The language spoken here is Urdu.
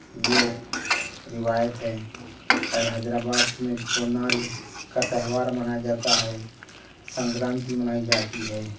یہ روایت ہے اور حیدر آباد میں پونال کا تہوار منایا جاتا ہے سنکرانتی منائی جاتی ہے